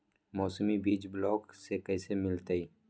मौसमी बीज ब्लॉक से कैसे मिलताई?